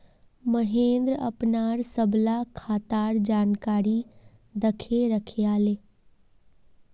महेंद्र अपनार सबला खातार जानकारी दखे रखयाले